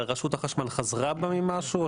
אבל רשות החשמל חזרה בה ממשהו?